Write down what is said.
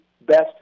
best